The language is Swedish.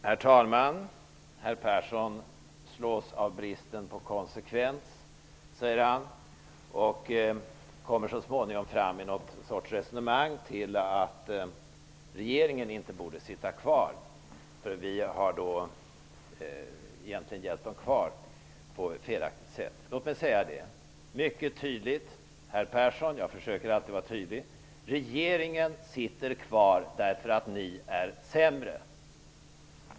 Herr talman! Herr Persson slås av bristen på konsekvens. Så småningom kommer han, i något slags resonemang, fram till att regeringen inte borde sitta kvar, eftersom Ny demokrati på ett felaktigt sätt har hjälpt regeringen att sitta kvar. Jag försöker alltid att vara tydlig, herr Persson. Låt mig därför säga: Regeringen sitter kvar därför att ni är sämre.